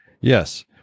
Yes